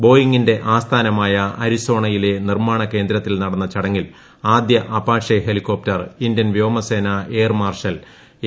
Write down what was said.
ബോയിങ്ങിന്റെ ആസ്ഥാനമായ അരിസോണയിലെ നിർമാണ കേന്ദ്ര ത്തിൽ നടന്ന ചടങ്ങിൽ ആദ്യ അപാഷെ ഹെലിക്കോപ്റ്റർ ഇന്തൃൻ വ്യോമസേന എയർ മാർഷൽ എ